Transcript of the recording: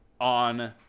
on